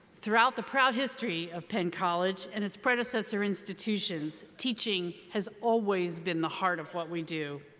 throughout the proud history of penn college and its predecessor institutions, teaching has always been the heart of what we do.